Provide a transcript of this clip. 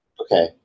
Okay